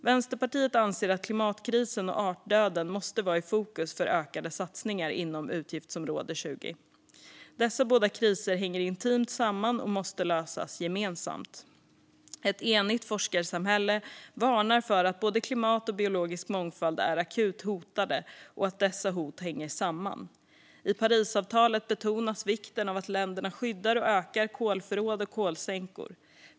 Vänsterpartiet anser att klimatkrisen och artdöden måste vara i fokus för ökade satsningar inom utgiftsområde 20. Dessa båda kriser hänger intimt samman och måste lösas gemensamt. Ett enigt forskarsamhälle varnar för att både klimat och biologisk mångfald är akut hotade och att dessa hot hänger samman. I Parisavtalet betonas vikten av att länderna skyddar och ökar kolförråd och kolsänkor.